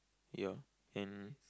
ya and